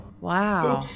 Wow